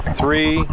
three